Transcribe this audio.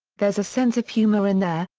there's a sense of humour in there,